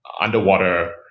underwater